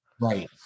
Right